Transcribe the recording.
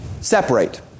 separate